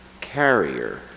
carrier